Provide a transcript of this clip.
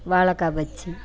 வாழைக்கா பஜ்ஜி